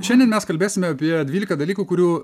šiandien mes kalbėsime apie dvyliką dalykų kurių